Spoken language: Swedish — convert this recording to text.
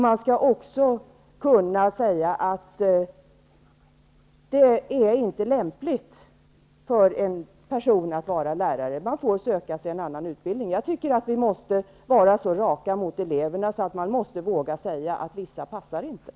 Man skall också kunna säga att det inte är lämpligt för en viss person att vara lärare; vederbörande får söka sig en annan utbildning. Jag tycker att vi måste vara så raka mot eleverna att vi vågar säga att vissa inte passar.